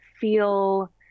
feel